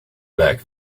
back